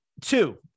two